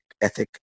ethic